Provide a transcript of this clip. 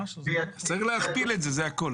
צריך להכפיל את זה, זה הכל.